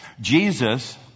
jesus